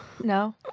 No